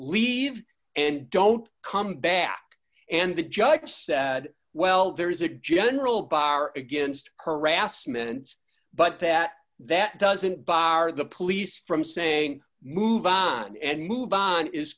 leave and don't come back and the judge said well there's a general bar against harassment but that that doesn't bar the police from saying move on and move